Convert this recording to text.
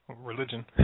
Religion